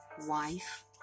wife